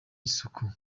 isuku